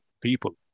people